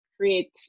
create